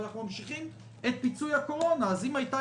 אבל אנחנו ממשיכים את פיצוי הקורונה אז אם הייתה